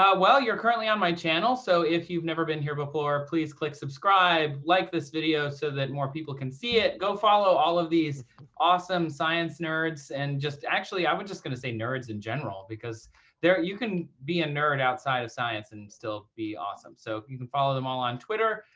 ah well, you're currently on my channel. so if you've never been here before, please click subscribe. like this video so that more people can see it. go follow all of these awesome science nerds. and just, actually, i'm just going to say nerds in general because you can be a nerd outside of science and still be awesome. so you can follow them all on twitter.